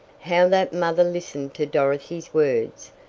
how that mother listened to dorothy's words!